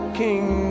king